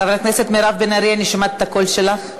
חברת הכנסת מירב בן ארי, אני שומעת את הקול שלך.